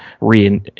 re